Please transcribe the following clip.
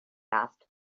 asked